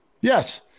yes